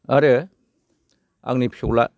आरो आंनि फिसौज्ला